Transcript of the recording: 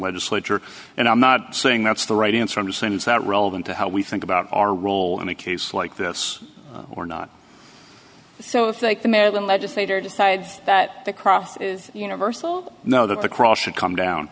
legislature and i'm not saying that's the right answer i'm saying is that relevant to how we think about our role in a case like this or not so it's like the maryland legislature decides that the cross is universal no that the cross should come down